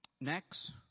Next